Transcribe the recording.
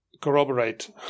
corroborate